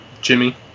Jimmy